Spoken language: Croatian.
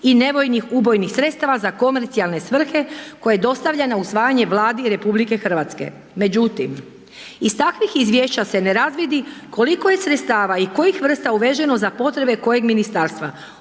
i nevojnih ubojnih sredstava za komercijalne svrhe, koje dostavljena na usvajanje Vladi RH. Međutim, iz takvih izvješća se ne razvidi koliko je sredstava i kojih vrsta uveženo za potrebe kojeg ministarstva,